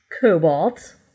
Cobalt